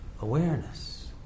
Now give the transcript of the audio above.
awareness